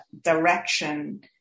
direction